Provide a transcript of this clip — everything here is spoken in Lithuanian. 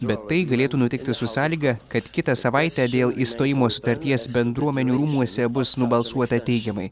bet tai galėtų nutikti su sąlyga kad kitą savaitę dėl išstojimo sutarties bendruomenių rūmuose bus nubalsuota teigiamai